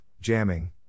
jamming